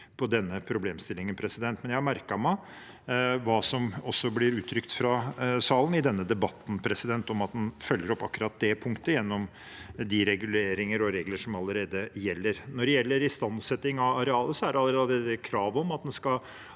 på denne problemstillingen. Jeg har merket meg hva som også blir uttrykt fra salen i denne debatten om at en følger opp akkurat det punktet gjennom de reguleringer og regler som allerede gjelder. Når det gjelder istandsetting av arealet, er det allerede krav om at en skal